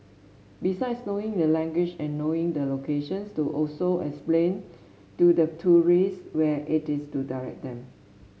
besides knowing the language and knowing the locations to also explain to the tourists where it is to direct them